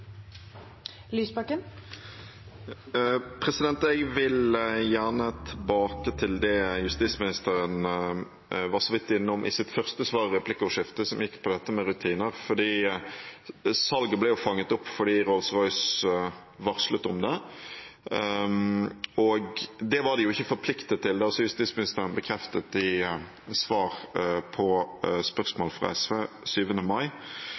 Jeg vil gjerne tilbake til det justisministeren så vidt var innom i sitt første svar i replikkordskiftet, som gikk på dette med rutiner. Salget ble fanget opp fordi Rolls-Royce varslet om det, og det var de ikke forpliktet til. Justisministeren bekreftet det i svar på spørsmål fra SV den 7. mai,